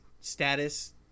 status